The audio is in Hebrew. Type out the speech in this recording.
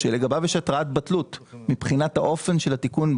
שלגביו יש התראת בטלות מבחינת האופן של התיקון,